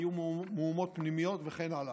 היו מהומות פנימיות וכן הלאה.